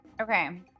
Okay